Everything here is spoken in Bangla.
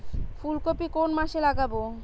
ফুলকপি কোন মাসে লাগাবো?